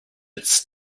its